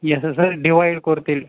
یَس sir sir divide کوٚر تیٚلہِ